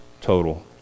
total